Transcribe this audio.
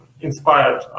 inspired